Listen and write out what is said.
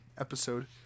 episode